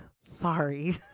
Sorry